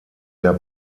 der